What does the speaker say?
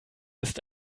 ist